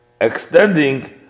extending